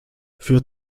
für